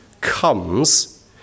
comes